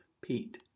Pete